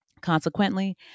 Consequently